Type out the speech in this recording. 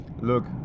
look